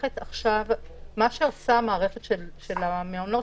מה שעושה המערכת של המעונות,